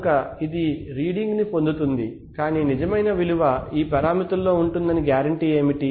కనుక ఇది రీడింగ్ ని పొందుతుంది కాని నిజమైన విలువ ఈ పరిమితుల్లోనే ఉంటుందని గ్యారంటీ ఏమిటి